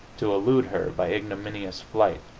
to elude her by ignominious flight.